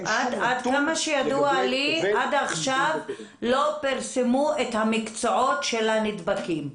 עד כמה שידוע לי עד עכשיו לא פרסמו את המקצועות של הנדבקים.